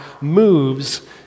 moves